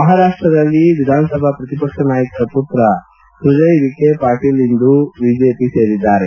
ಮಹಾರಾಷ್ಷದಲ್ಲಿ ವಿಧಾನಸಭೆ ಪ್ರತಿಪಕ್ಷದ ನಾಯಕರ ಪುತ್ರ ಸುಜಯ್ ವಿಜೆ ಪಾಟೀಲ್ ಇಂದು ಬಿಜೆಪಿ ಸೇರ್ಪಡೆಯಾಗಿದ್ದು